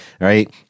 right